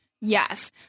Yes